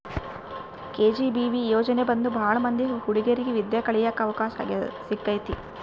KGBV ಯೋಜನೆ ಬಂದು ಭಾಳ ಮಂದಿ ಹುಡಿಗೇರಿಗೆ ವಿದ್ಯಾ ಕಳಿಯಕ್ ಅವಕಾಶ ಸಿಕ್ಕೈತಿ